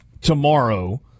tomorrow